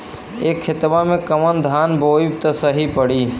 ए खेतवा मे कवन धान बोइब त सही पड़ी?